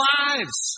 lives